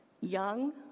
Young